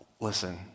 listen